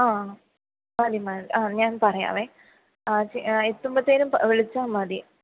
ആ മതി മതി ആ ഞാൻ പറയാം ആ എത്തുമ്പത്തേനും വിളിച്ചാൽ മതി